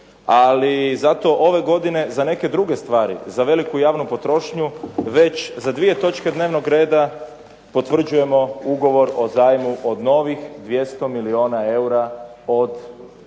ali zato ove godine za neke druge stvari. Za veliku javnu potrošnju već za dvije točke dnevnog reda potvrđujemo ugovor o zajmu novih 200 milijuna eura od